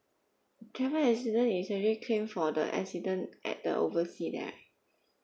travel accident is actually claim for the accident at the oversea there right